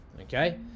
okay